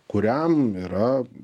kuriam yra